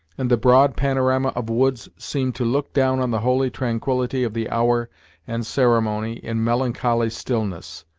and the broad panorama of woods seemed to look down on the holy tranquillity of the hour and ceremony in melancholy stillness.